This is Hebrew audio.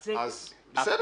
אז בסדר.